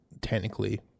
technically